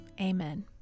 amen